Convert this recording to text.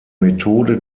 methode